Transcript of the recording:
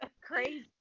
Crazy